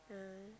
yeah